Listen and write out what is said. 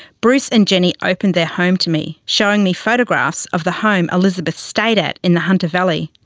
bruce and jenny opened their home to me, showing me photographs of the home elizabeth stayed at in the hunter valley,